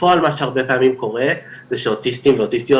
בפועל מה שהרבה פעמים קורה זה שאוטיסטים ואוטיסטיות